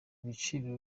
biciro